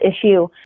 issue